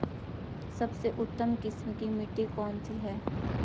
सबसे उत्तम किस्म की मिट्टी कौन सी है?